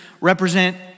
represent